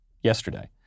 yesterday